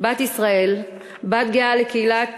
בת ישראל, בת גאה לקהילת